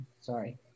sorry